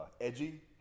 edgy